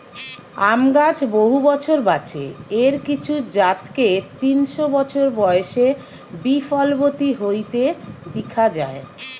আম গাছ বহু বছর বাঁচে, এর কিছু জাতকে তিনশ বছর বয়সে বি ফলবতী হইতে দিখা যায়